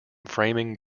framing